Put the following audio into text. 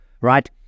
right